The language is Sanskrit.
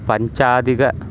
पञ्चाधिक